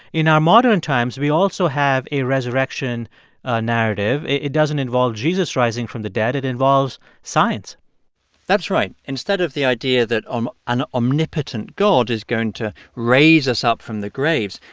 in our modern times, we also have a resurrection ah narrative. it doesn't involve jesus rising from the dead. it involves science that's right. instead of the idea that um an omnipotent god is going to raise us up from the grave,